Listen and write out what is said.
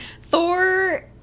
Thor